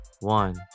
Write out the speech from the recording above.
one